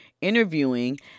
interviewing